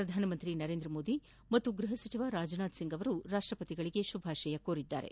ಪ್ರಧಾನಮಂತ್ರಿ ನರೇಂದ್ರ ಮೋದಿ ಮತ್ತು ಗೃಹ ಸಚಿವ ರಾಜನಾಥ್ಸಿಂಗ್ ರಾಷ್ಟಪತಿಗಳಿಗೆ ಶುಭಾಶಯ ಕೋರಿದ್ದಾರೆ